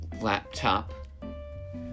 laptop